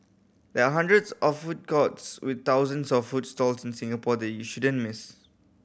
there are hundreds of food courts with thousands of food stalls in Singapore that you shouldn't miss